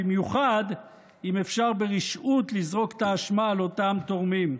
במיוחד אם אפשר ברשעות לזרוק את האשמה על אותם תורמים.